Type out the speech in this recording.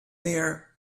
near